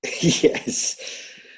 Yes